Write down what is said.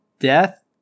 death